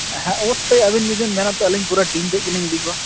ᱦᱮᱸ ᱚᱵᱵᱳᱥᱳᱭ ᱟᱵᱮᱱ ᱡᱩᱫᱤᱵᱮᱱ ᱢᱮᱱᱟ ᱛᱚ ᱟᱞᱤᱧ ᱯᱩᱨᱟᱹ ᱴᱤᱢ ᱛᱮᱫ ᱜᱮᱞᱤᱧ ᱤᱫᱤ ᱠᱚᱣᱟ